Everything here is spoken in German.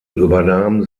übernahmen